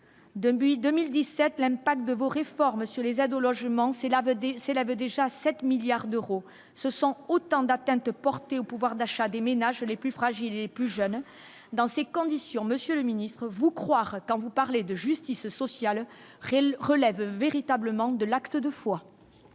but 2017 l'impact de vos réformes sur les aides au logement, c'est l'aveu c'est l'avait déjà 7 milliards d'euros, ce sont autant d'atteintes portées au pouvoir d'achat des ménages les plus fragiles et plus jeunes dans ces conditions, monsieur le ministre vous croire quand vous parlez de justice sociale réelle relève véritablement de l'acte 2 fois.